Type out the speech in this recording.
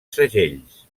segells